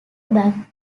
back